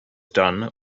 done